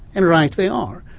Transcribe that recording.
and right they are,